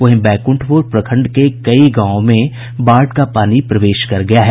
वहीं बैकुंठपुर प्रखंड में कई गांवों में बाढ़ का पानी प्रवेश कर गया है